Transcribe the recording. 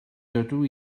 dydw